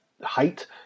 height